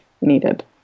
needed